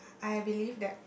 I believe that